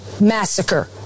massacre